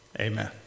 Amen